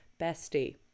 bestie